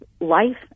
life